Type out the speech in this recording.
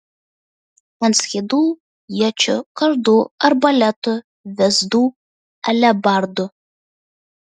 ant skydų iečių kardų arbaletų vėzdų alebardų